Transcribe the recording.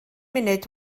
munud